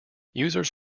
users